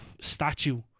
statue